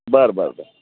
बर बर बर